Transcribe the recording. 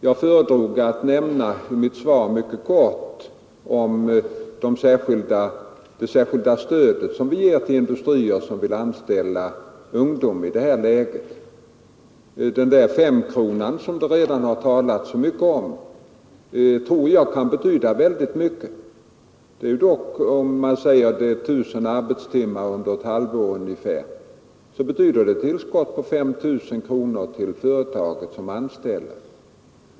Jag föredrog att i mitt svar mycket kort omnämna det särskilda stöd som vi ger till industrier som i detta läge vill anställa ungdom. Den här femkronan, som det redan har talats så mycket om, tror jag kan betyda väldigt mycket. Om det är ungefär 1 000 arbetstimmar under ett halvår betyder den ett tillskott på 5 000 kronor till ett företag för varje nyanställd.